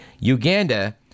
Uganda